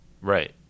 Right